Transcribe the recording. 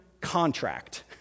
contract